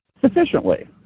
sufficiently